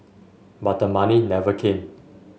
but the money never came